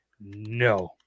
no